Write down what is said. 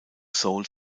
seoul